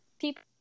people